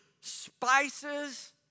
spices